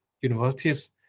universities